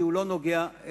כי הוא לא נוגע בזה,